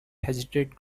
hesitate